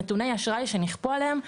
נתוני אשראי שנכפו עליהם,